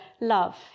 love